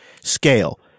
scale